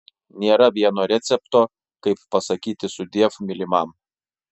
nėra vieno recepto kaip pasakyti sudiev mylimam